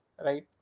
right